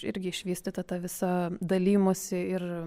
irgi išvystyta ta visa dalijimosi ir